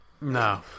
No